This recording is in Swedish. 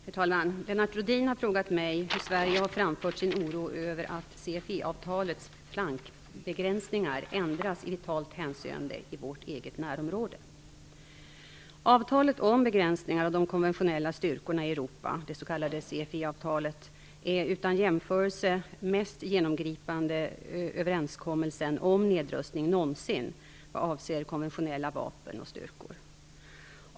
Herr talman! Lennart Rohdin har frågat mig hur Sverige har framfört sin oro över att CFE-avtalets flankbegränsningar ändras "i vitalt hänseende" i vårt eget närområde. Avtalet om begränsningar av de konventionella styrkorna i Europa, det s.k. CFE-avtalet, är den utan jämförelse mest genomgripande överenskommelsen om nedrustning någonsin vad avser konventionella vapen och styrkor.